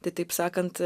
tai taip sakant